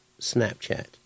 Snapchat